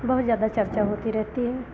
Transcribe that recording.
बहुत ज़्यादा चर्चा होती रहती है